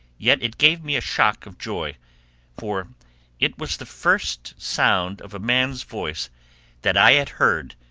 yet it gave me a shock of joy for it was the first sound of a man's voice that i had heard,